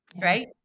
Right